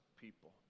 people